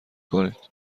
کنید